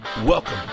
Welcome